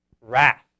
wrath